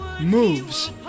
moves